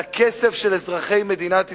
לכסף של אזרחי מדינת ישראל?